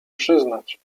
przyznać